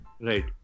right